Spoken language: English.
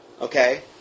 Okay